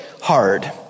hard